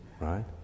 right